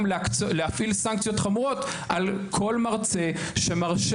גם להפעיל סנקציות חמורות על כל מרצה שמרשה